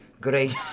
great